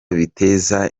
biteza